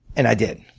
and i did.